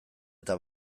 eta